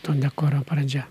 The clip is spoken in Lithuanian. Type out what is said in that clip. to dekoro pradžia